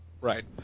Right